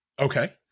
okay